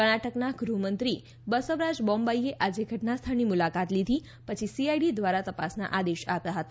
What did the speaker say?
કર્ણાટકના ગૃહમંત્રી બસવરાજ બોમ્માઇએ આજે ઘટનાસ્થળની મુલાકાત લીધી પછી સીઆઇડી દ્વારા તપાસના આદેશ આપ્યા હતા